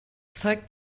zeigt